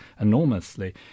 enormously